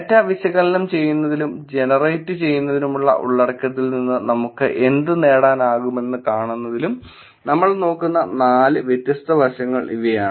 data വിശകലനം ചെയ്യുന്നതിലും ജനറേറ്റുചെയ്യുന്ന ഉള്ളടക്കത്തിൽ നിന്ന് നമുക്ക് എന്ത് നേടാനാകുമെന്ന് കാണുന്നതിലും നമ്മൾ നോക്കുന്ന 4 വ്യത്യസ്തവശങ്ങൾ ഇവയാണ്